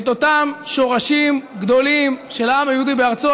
את אותם שורשים גדולים של העם היהודי בארצו.